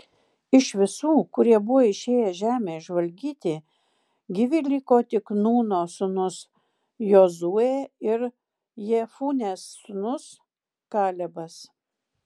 iš visų kurie buvo išėję žemę išžvalgyti gyvi liko tik nūno sūnus jozuė ir jefunės sūnus kalebas